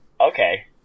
okay